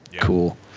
cool